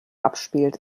abspielt